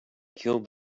killed